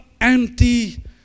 empty